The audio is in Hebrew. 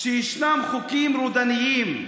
ישנם חוקים רודניים,